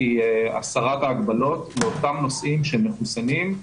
היא הסרת ההגבלות לאותם נוסעים שהם מחוסנים.